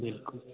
હમ